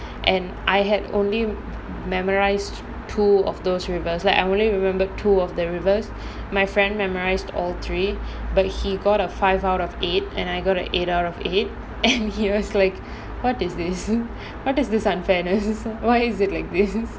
and I had only memorised two of those rivers like I only remembered two of the rivers my friend memorised all three but he got a five out of eight and I got an eight out of eight and he was like what is this what is this unfairness why is it like this